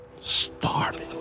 starving